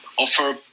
Offer